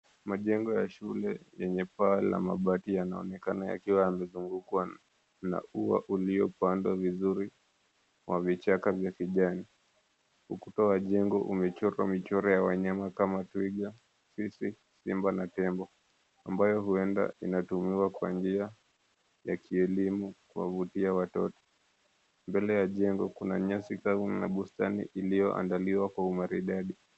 Majengo ya shule yenye paa la mabati yanaonekana yakiwa yamezungukwa na ua uliopandwa vizuri wa vichaka vya kijani. Ukuta wa jengo umechorwa michoro ya wanyama kama twiga, fisi, simba na tembo, ambayo huenda inatumiwa kwa njia ya kielimu kuwavutia watoto. Mbele ya jengo kuna nyasi kavu na bustani iliyoandaliwa kwa umaridadi.